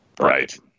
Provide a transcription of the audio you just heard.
Right